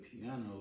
piano